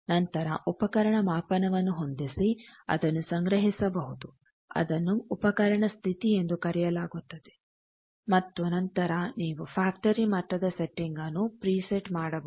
ನಂತರ ಉಪಕರಣ ಮಾಪನವನ್ನು ಹೊಂದಿಸಿ ಅದನ್ನು ಸಂಗ್ರಹಿಸಬಹುದು ಅದನ್ನು ಉಪಕರಣ ಸ್ಥಿತಿ ಎಂದು ಕರೆಯಲಾಗುತ್ತದೆ ಮತ್ತು ನಂತರ ನೀವು ಫ್ಯಾಕ್ಟರೀ ಮಟ್ಟದ ಸೆಟ್ಟಿಂಗ್ನ್ನು ಪ್ರಿಸೆಟ್ ಮಾಡಬಹುದು